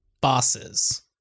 bosses